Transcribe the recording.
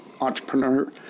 entrepreneur